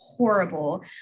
horrible